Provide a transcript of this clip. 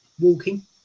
walking